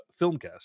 filmcast